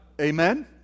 Amen